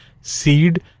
seed